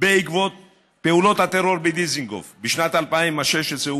בעקבות פעולות הטרור בדיזינגוף בשנת 2016,